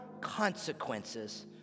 consequences